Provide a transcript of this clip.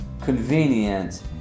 convenient